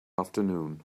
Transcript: afternoon